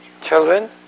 Children